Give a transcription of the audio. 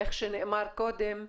איך שנאמר קודם,